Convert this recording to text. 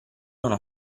uno